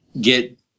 get